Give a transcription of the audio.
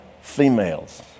females